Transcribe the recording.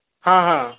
ਹਾਂ ਹਾਂ